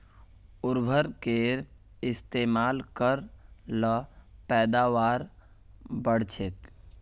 उर्वरकेर इस्तेमाल कर ल पैदावार बढ़छेक